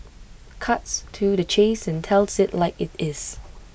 cuts to the chase and tells IT like IT is